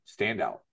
standout